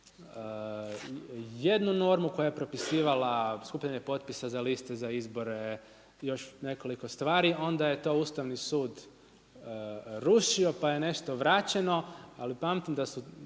jednu normu koja je propisivala skupljanje potpisa za liste za izbore i još nekoliko stvari, onda je to Ustavni sud rušio pa je nešto vraćeno, ali pamtim točno